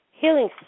healing